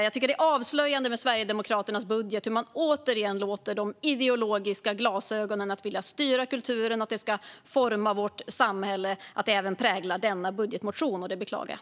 Jag tycker att det är avslöjande hur Sverigedemokraterna i sin budget återigen vill låta de ideologiska glasögonen styra kulturen och forma vårt samhälle. Det präglar även denna budgetmotion, och det beklagar jag.